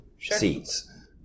seats